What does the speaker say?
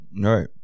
right